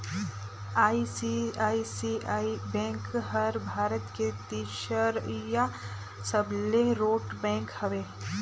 ICICI bank हर भारत के तीसरईया सबले रोट बेंक हवे